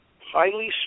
highly